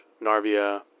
Narvia